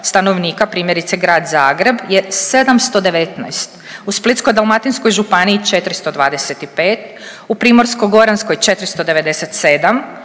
stanovnika, primjerice Grad Zagreb je 719, u Splitsko-dalmatinskoj županiji 425, u Primorsko-goranskoj 497,